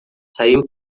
saiu